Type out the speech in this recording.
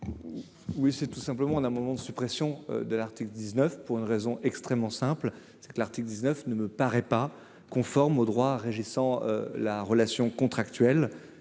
Oui, c'est tout simplement d'un moment de suppression de l'article 19 pour une raison extrêmement simple, c'est que l'article 19 ne me paraît pas conforme au droit régissant la relation contractuelle